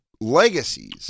legacies